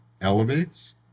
elevates